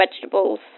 vegetables